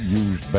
use